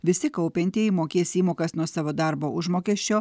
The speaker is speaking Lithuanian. visi kaupiantieji mokės įmokas nuo savo darbo užmokesčio